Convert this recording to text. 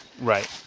Right